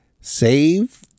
Save